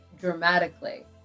dramatically